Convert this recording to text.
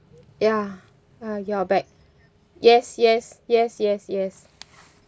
ya uh you are back yes yes yes yes yes